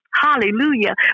Hallelujah